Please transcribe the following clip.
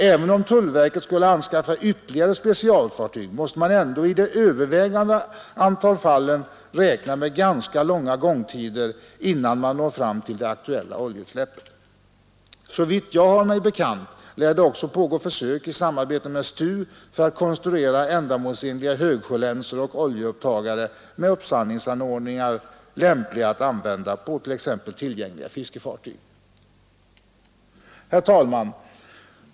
Även om tullverket skulle anskaffa ytterligare specialfartyg, måste man ändå i det övervägande antalet av fallen räkna med ganska långa gångtider innan man når fram till det aktuella oljeutsläppet. Såvitt jag har mig bekant pågår det också försök i samarbete med STU för att konstruera ändamålsenliga högsjölänsor och oljeupptagare med uppsamlingsanordningar lämpliga att använda på t.ex. tillgängliga fiskefartyg. Herr talman!